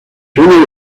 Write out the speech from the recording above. una